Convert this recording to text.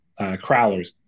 crowlers